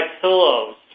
pillows